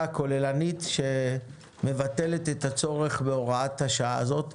כוללנית שמבטלת את הצורך בהוראת השעה הזאת.